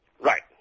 right